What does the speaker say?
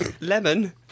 Lemon